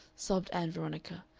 sobbed ann veronica.